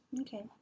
Okay